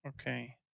Okay